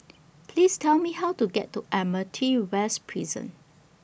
Please Tell Me How to get to Admiralty West Prison